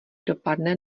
dopadne